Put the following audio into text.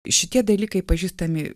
šitie dalykai pažįstami